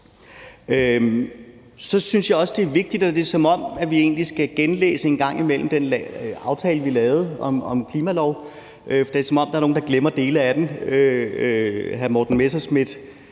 Så synes jeg også, det er vigtigt, at vi en gang imellem genlæser den aftale, vi lavede om en klimalov, for det er, som om der er nogle, der glemmer dele af den. Hr. Morten Messerschmidt